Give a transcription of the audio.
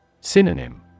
Synonym